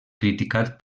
criticat